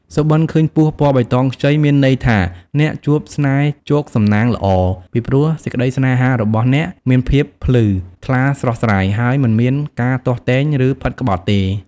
សុបិន្តឃើញពស់ពណ៌បៃតងខ្ចី មានន័យថា អ្នកជួបស្នេហ៍ជោគសំណាងល្អ ពីព្រោះសេចក្តីសេ្នហារបស់អ្នកមានភាពភ្លឺ ថ្លាស្រស់ស្រាយ ហើយមិនមានការទាស់ទែង ឬ ផិតក្បត់ទេ។